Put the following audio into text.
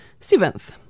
Seventh